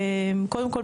קודם כל,